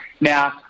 Now